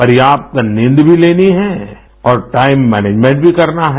पर्याप्त नींद भी लेनी है और टाइम मैनेजमेंट भी करना है